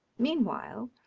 meanwhile,